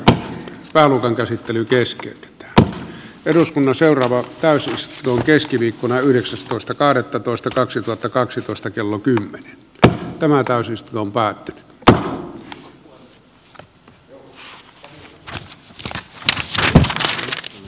pääluokan ja luvan käsittelykeskus tuo eduskunnan seuraavaan täysistuntoon keskiviikkona yhdeksästoista kahdettatoista kaksituhattakaksitoista kello kymmenen että tämä asian käsittely keskeytetään